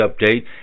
Update